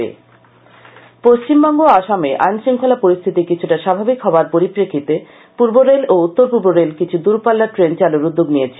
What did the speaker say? bell Paschimbanga ও আসামে আইন শৃঙ্খলা পরিস্থিতি কিছুটা স্বাভাবিক হবার পরিপ্রেক্ষিতে পূর্ব রেল ও উত্তর পূর্ব রেল কিছু দূরপাল্লার ট্রেন চালুর উদ্যোগ নিয়েছে